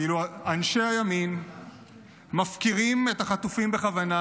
כאילו אנשי הימין מפקירים את החטופים בכוונה,